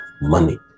Money